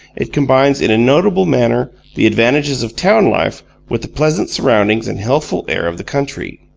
it combines in a notable manner the advantages of town life with the pleasant surroundings and healthful air of the country.